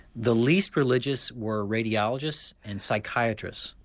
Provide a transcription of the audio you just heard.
the least religious were radiologists and psychiatrists.